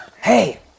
Hey